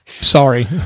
sorry